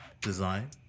design